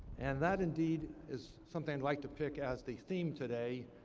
and that indeed is something i'd like to pick as the theme today.